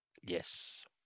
Yes